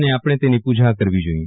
અને આપણે તેની પુજા કરવી જોઈએ